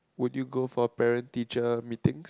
would you go for parent teacher meetings